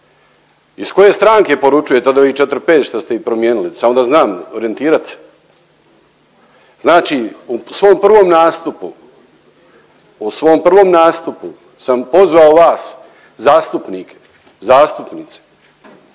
Iz koje stranke poručujete iz ovih četri, pet što ste ih primijenili samo da znam orijentirat se? Znači u svom prvom nastupu, u svom prvom nastupu sam pozvao vas zastupnike, zastupnice